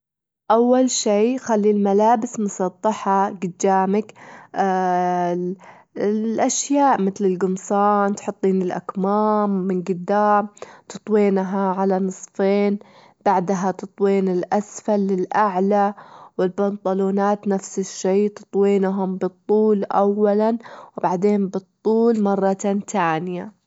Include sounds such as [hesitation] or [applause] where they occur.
أول شي خلي الملابس مسطحة جدامك، [hesitation] الأشياء متل الجمصان تحطين الأكمام من جدام، تطوينها على نصفين، بعدها تطوين الأسفل للأعلى، والبنطلونات نفس الشي تطوينهم بالطول أو لًا وبعدين بالطول مرة تانية.